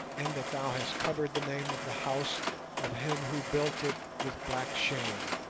in that thou hast covered the name of the house of him who built it with black shame.